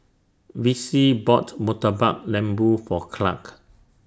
Vicie bought Murtabak Lembu For Clarke